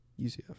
UCF